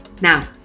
Now